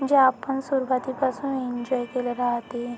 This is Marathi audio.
जे आपण सुरुवातीपासून एन्जॉय केले राहते